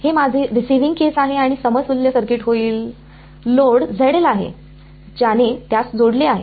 हे माझे receiving case आहे आणि समतुल्य सर्किट होईल लोड आहे ज्याने त्यास जोडले आहे